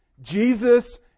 Jesus